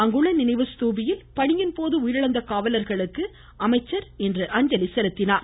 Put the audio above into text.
அங்குள்ள நினைவு ஸ்தூபியில் பணியின் போது உயிரிழந்த காவலர்களுக்கு அமைச்சர் அஞ்சலி செலுத்தினார்